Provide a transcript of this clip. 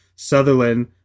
Sutherland